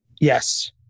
Yes